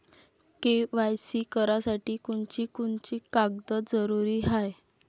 KYC करासाठी कोनची कोनची कागद जरुरी हाय?